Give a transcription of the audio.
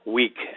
week